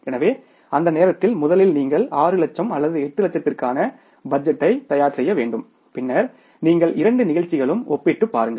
எனவே அந்த நேரத்தில் முதலில் நீங்கள் 6 லட்சம் அல்லது 8 லட்சத்திற்கான பட்ஜெட்டை தயார் செய்ய வேண்டும் பின்னர் நீங்கள் இரண்டு நிகழ்ச்சிகளும் ஒப்பிட்டுப் பாருங்கள்